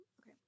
okay